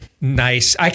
Nice